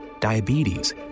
diabetes